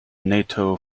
nato